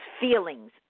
feelings